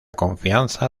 confianza